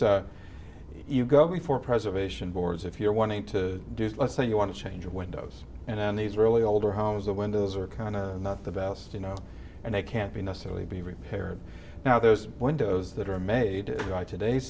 so you go before preservation boards if you're wanting to do so let's say you want to change windows and then these really older homes the windows are kind of not the best you know and they can't be necessarily be repaired now those windows that are made by today's